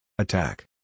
Attack